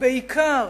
ובעיקר